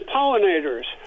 Pollinators